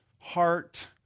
heart